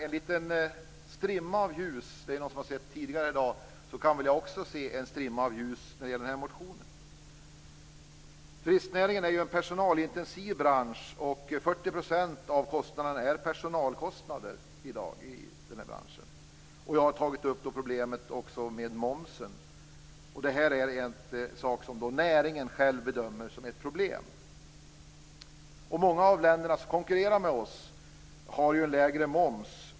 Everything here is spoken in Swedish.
En liten strimma av ljus har någon sett tidigare i dag, och det kan jag också se när det gäller den här motionen. av kostnaderna är personalkostnader i branschen i dag. Jag har också tagit upp problemet med momsen. Det är en sak som näringen själv bedömer vara ett problem. Många av de länder som konkurrerar med oss har lägre moms.